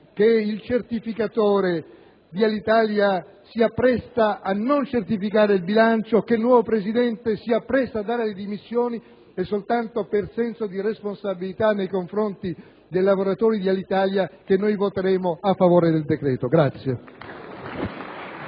che il certificatore di Alitalia si appresta a non certificare il bilancio e che il nuovo presidente si appresta a dare le dimissioni, dunque è soltanto per senso di responsabilità nei confronti dei lavoratori di Alitalia che noi voteremo a favore del decreto.